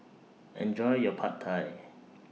Enjoy your Pad Thai